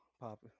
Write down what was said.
pop